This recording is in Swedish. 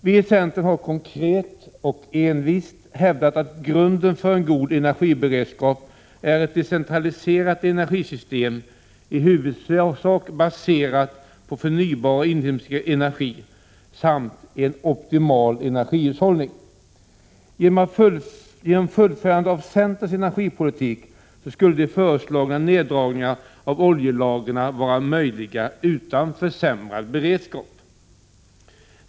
Vi i centern har konkret och envist hävdat att grunden för en god energiberedskap är ett decentraliserat energisystem, i huvudsak baserat på förnybar och inhemsk energi samt en optimal energihushållning. Genom ett fullföljande av centerns energipolitik skulle de föreslagna neddragningarna av oljelagren vara möjliga utan en försämring av beredskapen.